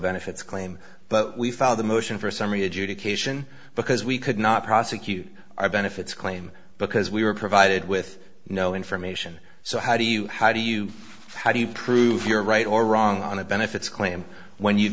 benefits claim but we filed a motion for summary adjudication because we could not prosecute our benefits claim because we were provided with no information so how do you how do you how do you prove you're right or wrong on a benefits claim when you've